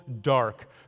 dark